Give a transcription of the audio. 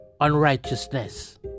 unrighteousness